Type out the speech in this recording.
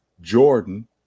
Jordan